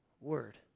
word